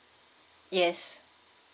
yes